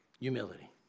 Humility